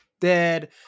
dead